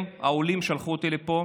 הם, העולים, שלחו אותי לפה,